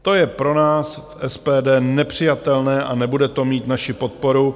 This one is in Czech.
To je pro nás v SPD nepřijatelné a nebude to mít naši podporu.